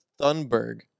Thunberg